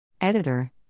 Editor